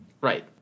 Right